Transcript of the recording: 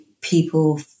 people